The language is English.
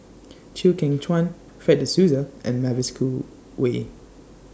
Chew Kheng Chuan Fred De Souza and Mavis Khoo Oei